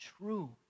true